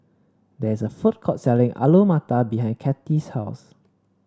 there is a food court selling Alu Matar behind Cathy's house